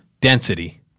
density